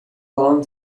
along